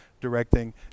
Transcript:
directing